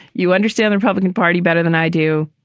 you understand the republican party better than i do.